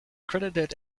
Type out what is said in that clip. credited